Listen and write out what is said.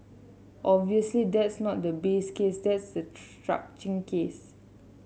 obviously that's not the base case that's the case